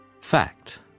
Fact